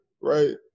right